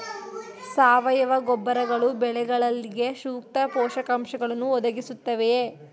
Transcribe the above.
ಸಾವಯವ ಗೊಬ್ಬರಗಳು ಬೆಳೆಗಳಿಗೆ ಸೂಕ್ತ ಪೋಷಕಾಂಶಗಳನ್ನು ಒದಗಿಸುತ್ತವೆಯೇ?